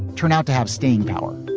turn out to have staying power?